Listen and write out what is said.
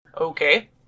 Okay